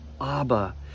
Abba